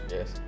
Yes